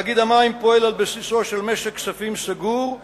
תאגיד המים פועל על בסיסו של משק כספים סגור,